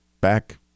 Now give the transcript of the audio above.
back